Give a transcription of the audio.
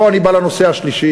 פה אני בא לנושא השלישי.